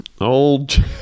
Old